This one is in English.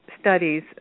studies